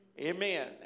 Amen